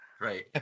Right